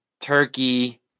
turkey